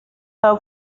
her